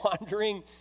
Wandering